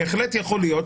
בהחלט יכול להיות,